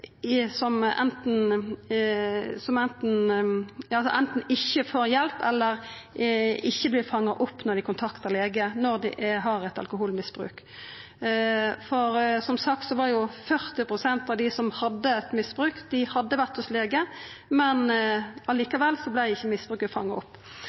som anten ikkje får hjelp, eller som ikkje vert fanga opp når dei kontaktar lege og har eit alkoholmisbruk. Som sagt hadde 40 pst. av dei som hadde eit misbruk, vore hos lege, men likevel vart ikkje misbruket fanga opp.